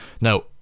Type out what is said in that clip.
now